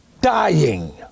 dying